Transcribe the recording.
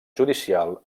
judicial